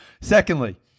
Secondly